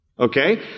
Okay